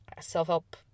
self-help